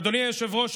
אדוני היושב-ראש,